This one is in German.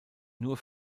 nur